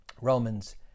Romans